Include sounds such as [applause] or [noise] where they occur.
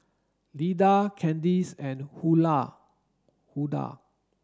Lida Candace and [unintelligible] Hulda